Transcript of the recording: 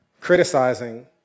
criticizing